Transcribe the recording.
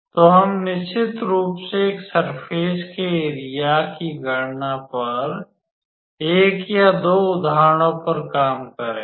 तो हम निश्चित रूप से एक सर्फ़ेस के सर्फ़ेस एरिया की गणना पर एक या दो और उदाहरणों पर काम करेंगे